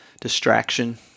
distraction